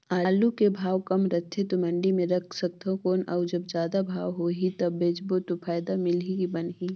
आलू के भाव कम रथे तो मंडी मे रख सकथव कौन अउ जब जादा भाव होही तब बेचबो तो फायदा मिलही की बनही?